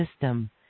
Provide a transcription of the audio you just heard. system